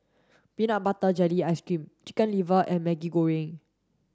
peanut butter jelly ice cream chicken liver and Maggi Goreng